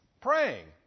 praying